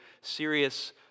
serious